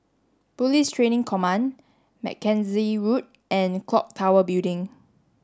Police Training Command Mackenzie Road and Clock Tower Building